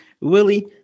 Willie